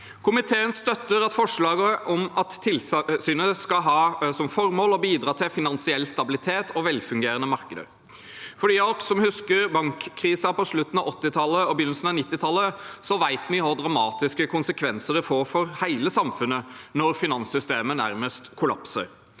Komiteen støtter forslaget om at tilsynet skal ha som formål å bidra til finansiell stabilitet og velfungerende markeder. Dem av oss som husker bankkrisen på slutten av 1980-tallet og begynnelsen av 1990-tallet, vet hvor dramatiske konsekvenser det får for hele samfunnet når finanssystemet nærmest kollapser.